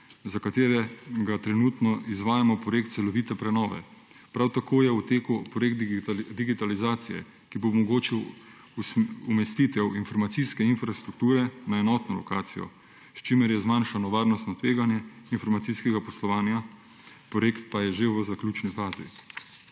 za katerega trenutno izvajamo projekt celovite prenove. Prav tako je v teku projekt digitalizacije, ki bo omogočil umestitev informacijske infrastrukture na enotno lokacijo, s čimer je zmanjšano varnostno tveganje informacijskega poslovanja, projekt pa je že v zaključni fazi.